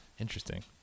Interesting